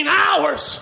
hours